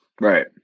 Right